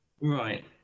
Right